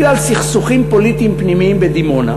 בגלל סכסוכים פוליטיים פנימיים בדימונה